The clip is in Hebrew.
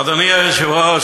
אדוני היושב-ראש,